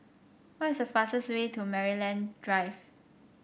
what is the fastest way to Maryland Drive